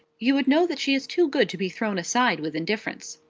you would know that she is too good to be thrown aside with indifference.